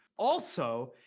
also,